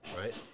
right